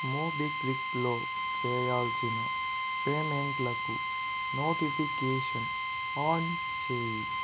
మోబిక్విక్లో చేయాల్సిన పేమెంట్లకు notification on చేయి